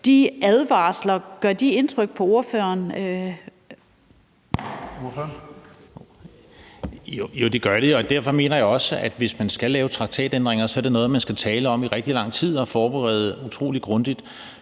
Kl. 19:52 Christian Friis Bach (RV): Ja, det gør de. Og derfor mener jeg også, at hvis man skal lave traktatændringer, er det noget, man skal tale om i rigtig lang tid og forberede utrolig grundigt.